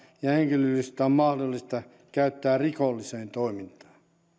ja henkilöllisyyttä on mahdollista käyttää rikolliseen toimintaan